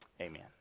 Amen